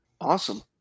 Awesome